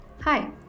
Hi